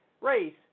race